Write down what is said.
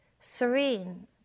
serene